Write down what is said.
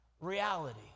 reality